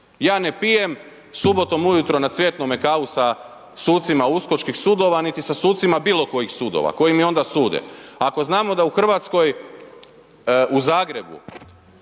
ja ne pijem subotom ujutro na Cvjetnome kavu sa sucima uskočkih sudova niti sa sucima bilo kojih sudova koji mi onda sude. Ako znamo da u Hrvatskoj, u Zagrebu